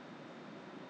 开的时候啊